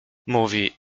mówi